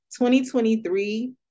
2023